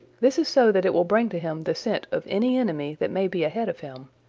this is so that it will bring to him the scent of any enemy that may be ahead of him.